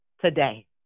today